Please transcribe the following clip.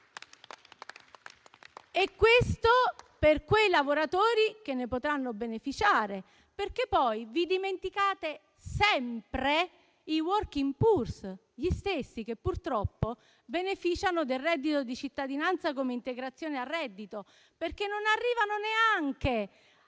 E questo per i lavoratori che ne potranno beneficiare, perché poi vi dimenticate sempre i *working poor*, gli stessi che purtroppo beneficiano del reddito di cittadinanza come integrazione al reddito, perché non arrivano neanche